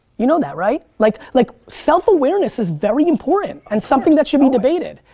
you know that, right? like, like self-awareness is very important. and something that should be debated.